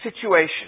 situation